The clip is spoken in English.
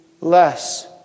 less